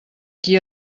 qui